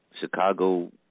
Chicago